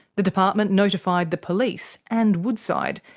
the department notified the police, and woodside,